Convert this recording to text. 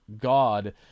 God